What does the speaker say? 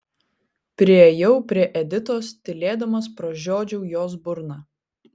priėjau prie editos tylėdamas pražiodžiau jos burną